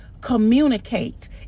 communicate